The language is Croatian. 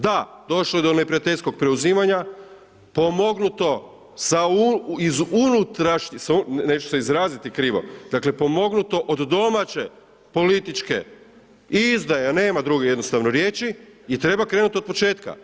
Da, došlo je do neprijateljskog preuzimanja, pomognuto da izunutrašnje, neću se izraziti krivo, dakle pomognuto od domaće političke i izdaja, nema druge jednostavno riječi i treba krenuti otpočetka.